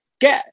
Get